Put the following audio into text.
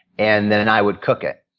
and then and i would cook it.